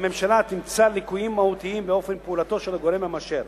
והממשלה תמצא ליקויים מהותיים באופן פעולתו של הגורם המאשר,